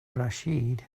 rachid